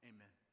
Amen